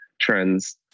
trends